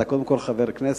אתה קודם כול חבר כנסת.